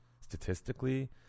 statistically